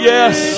Yes